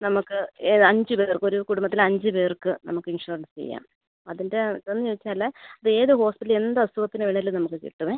നമുക്ക് ഏത് അഞ്ച് പേർക്ക് ഒരു കുടുംബത്തിലെ അഞ്ച് പേർക്ക് നമുക്ക് ഇൻഷുറൻസ് ചെയ്യാം അതിൻ്റെ ഇതെന്ന് ചോദിച്ചാൽ ഏത് ഹോസ്പിറ്റൽ എന്ത് അസുഖത്തിന് വേണമെങ്കിലും നമുക്ക് കിട്ടുമേ